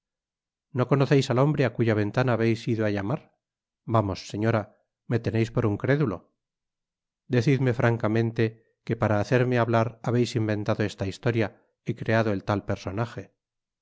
no conoceis al hombre á cuya ventana habeis ido á llamar vamos señora me teneis por muy crédulo decidme francamente que para hacerme hablar habeis inventado esta historia y creado el tal personaje